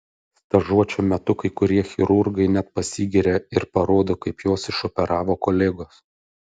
stažuočių metu kai kurie chirurgai net pasigiria ir parodo kaip juos išoperavo kolegos